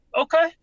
okay